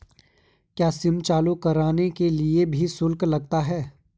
क्या सिम चालू कराने के लिए भी शुल्क लगता है?